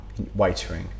waitering